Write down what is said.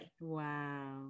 wow